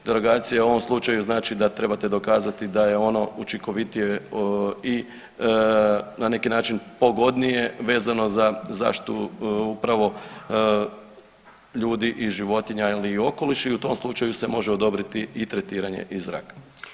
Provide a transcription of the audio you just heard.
Derogacija u ovom slučaju znači da trebate dokazati da je ono učinkovitije i na neki način pogodnije vezano za zaštitu upravo ljudi i životinja ili okoliša i u tom slučaju se može odobriti i tretiranje iz zraka.